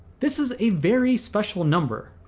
this is a very special number,